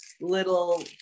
little